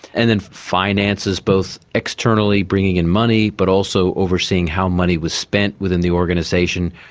and then finances, both externally bringing in money but also overseeing how money was spent within the organisation.